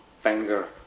finger